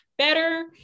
better